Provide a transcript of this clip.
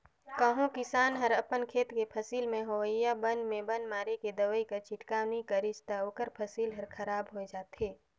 कहों किसान हर अपन खेत कर फसिल में होवइया बन में बन मारे कर दवई कर छिड़काव नी करिस ता ओकर फसिल हर खराब होए जाथे